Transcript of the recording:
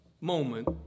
moment